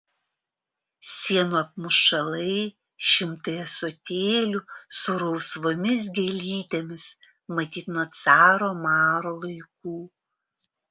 sienų apmušalai šimtai ąsotėlių su rausvomis gėlytėmis matyt nuo caro maro laikų